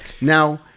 now